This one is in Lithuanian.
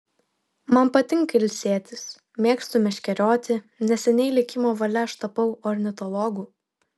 man patinka ilsėtis mėgstu meškerioti neseniai likimo valia aš tapau ornitologu